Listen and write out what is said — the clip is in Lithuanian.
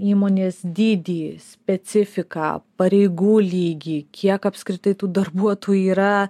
įmonės dydį specifiką pareigų lygį kiek apskritai tų darbuotų yra